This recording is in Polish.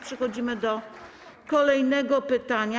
Przechodzimy do kolejnego pytania.